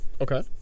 Okay